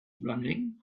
running